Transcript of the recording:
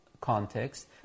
context